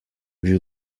would